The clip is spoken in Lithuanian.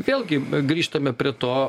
vėlgi grįžtame prie to